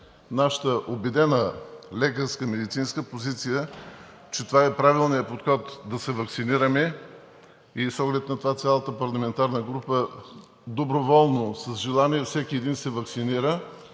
нашата убедена лекарска, медицинска позиция, че това е правилният подход – да се ваксинираме. С оглед на това цялата парламентарна група доброволно, с желание всеки един се ваксинира